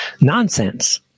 nonsense